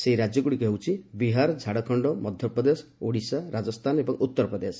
ସେହି ରାଜ୍ୟଗୁଡ଼ିକ ହେଉଛି ବିହାର ଝାଡ଼ଖଣ୍ଡ ମଧ୍ୟପ୍ରଦେଶ ଓଡ଼ିଶା ରାଜସ୍ଥାନ ଏବଂ ଉତ୍ତର ପ୍ରଦେଶ